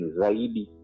zaidi